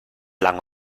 lang